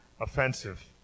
offensive